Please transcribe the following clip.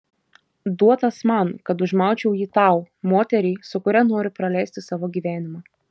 duotas man kad užmaučiau jį tau moteriai su kuria noriu praleisti savo gyvenimą